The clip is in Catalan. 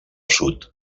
sud